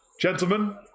Gentlemen